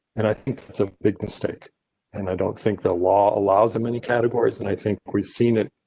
and i think that's a big mistake and i don't think the law allows them many categories. and i think we've seen it.